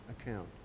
account